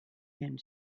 and